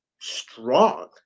strong